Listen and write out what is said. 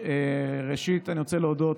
ראשית אני רוצה להודות